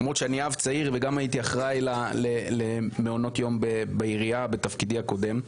למרות שאני אב צעיר וגם הייתי אחראי למעונות יום בעירייה בתפקידי הקודם,